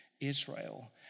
Israel